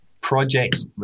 projects